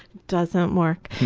doesn't work.